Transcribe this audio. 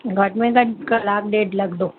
घटि में घटि कलाकु ॾेढ लगंदो